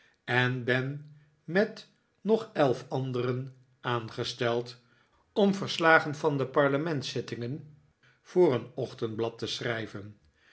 en ben met nog elf anderen aangesteld om verslagen van de parlementszittingen voor een ochtendblad te schrijven